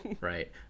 right